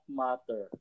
matter